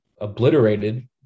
obliterated